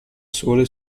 sole